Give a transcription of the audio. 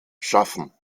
schaffen